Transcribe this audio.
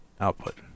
output